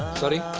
sorry.